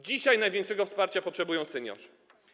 Dzisiaj największego wsparcia potrzebują seniorzy.